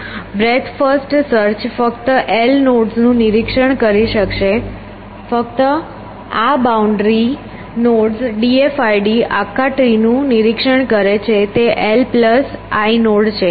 breadth first search ફક્ત l નોડ્સનું નિરીક્ષણ કરી શકશે ફક્ત આ boundary nodes d f i d આખા ટ્રીનું નિરીક્ષણ કરે છે તે l પ્લસ i નોડ છે